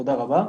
תודה רבה.